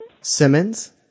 Simmons